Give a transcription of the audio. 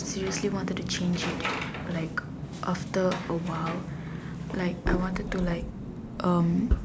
seriously wanted to change it like after a while like I wanted to like um